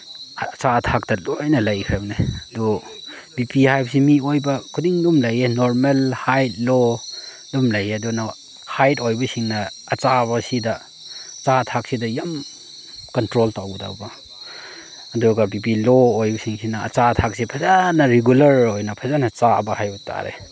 ꯑꯆꯥ ꯑꯊꯛꯇ ꯂꯣꯏꯅ ꯂꯩꯈ꯭ꯔꯕꯅꯦ ꯑꯗꯣ ꯕꯤ ꯄꯤ ꯍꯥꯏꯕꯁꯦ ꯃꯤꯑꯣꯏꯕ ꯈꯨꯗꯤꯡ ꯑꯗꯨꯝ ꯂꯩꯌꯦ ꯅꯣꯔꯃꯦꯜ ꯍꯥꯏ ꯂꯣ ꯑꯗꯨꯝ ꯂꯩꯌꯦ ꯑꯗꯨꯅ ꯍꯥꯏ ꯑꯣꯏꯕꯁꯤꯡꯅ ꯑꯆꯥꯕꯁꯤꯗ ꯑꯆꯥ ꯑꯊꯛꯁꯤꯗ ꯌꯥꯝ ꯀꯟꯇ꯭ꯔꯣꯜ ꯇꯧꯒꯗꯧꯕ ꯑꯗꯨꯒ ꯕꯤ ꯄꯤ ꯂꯣ ꯑꯣꯏꯕꯁꯤꯡꯁꯤꯅ ꯑꯆꯥ ꯑꯊꯛꯁꯦ ꯐꯖꯅ ꯔꯤꯒꯨꯂꯔ ꯑꯣꯏꯅ ꯐꯖꯅ ꯆꯥꯕ ꯍꯥꯏꯕ ꯇꯥꯔꯦ